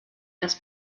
dass